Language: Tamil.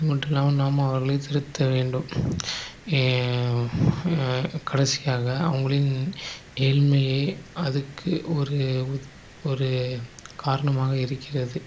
அது மட்டும் இலலாமல் நாம் அவர்களை திருத்த வேண்டும் கடைசியாக அவர்களின் ஏழ்மையை அதுக்கு ஒரு ஒரு காரணமாக இருக்கிறது